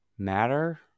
matter